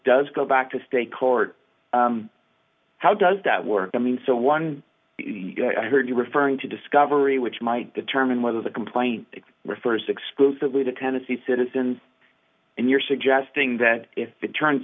does go back to stay court how does that work i mean so one i heard you referring to discovery which might determine whether the complaint refers exclusively to tennessee citizens and you're suggesting that if it turns